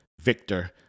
Victor